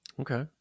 Okay